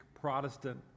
Protestant